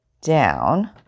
down